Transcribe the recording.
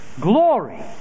glory